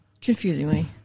Confusingly